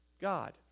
God